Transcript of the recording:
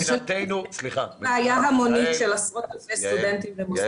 אני חושבת שאין פה בעיה המונית של עשרות אלפי סטודנטים ומוסדות.